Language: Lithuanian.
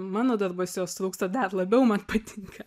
mano darbuose jos trūksta dar labiau man patinka